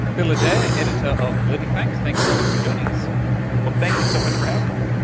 bill adair, editor of politifact, thank you very much for joining us. but thank you so much for having me.